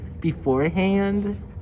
beforehand